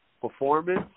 performance